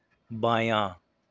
بایاں